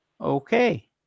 Okay